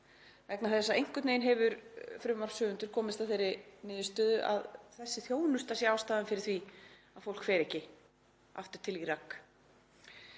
vegna þess að einhvern veginn hefur frumvarpshöfundur komist að þeirri niðurstöðu að þessi þjónusta sé ástæðan fyrir því að fólk fer ekki aftur til Írak.